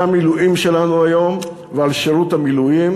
המילואים שלנו היום ועל שירות המילואים